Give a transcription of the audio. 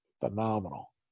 Phenomenal